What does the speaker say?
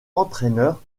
entraîneur